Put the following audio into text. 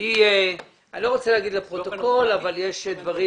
אני לא רוצה לומר לפרוטוקול אבל יש דברים